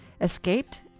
escaped